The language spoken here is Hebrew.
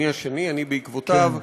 אני שני, אני בעקבותיו.